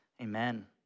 Amen